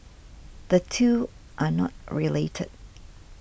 the two are not related